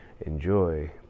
enjoy